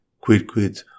Quidquid